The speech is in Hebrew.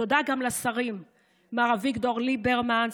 תודה גם לשרים מר אביגדור ליברמן,